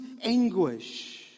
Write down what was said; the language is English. anguish